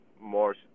more